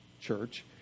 church